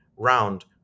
round